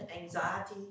anxiety